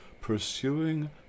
Pursuing